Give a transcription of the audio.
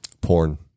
Porn